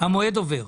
המועד עובר.